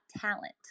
Talent